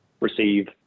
receive